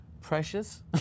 precious